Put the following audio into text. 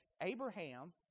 Abraham